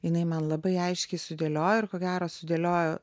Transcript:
jinai man labai aiškiai sudėliojo ir ko gero sudėliojo